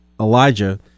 Elijah